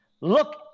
Look